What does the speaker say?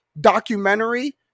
documentary